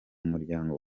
muryango